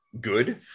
good